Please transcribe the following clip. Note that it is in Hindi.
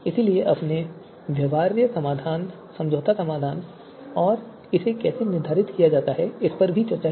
इसलिए हमने व्यवहार्य समाधान समझौता समाधान और इसे कैसे निर्धारित किया जाता है इस पर भी चर्चा की